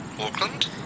Auckland